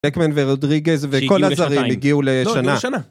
טייקמן ורודריגז וכל הצרים הגיעו לשנה.